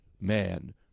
Man